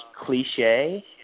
cliche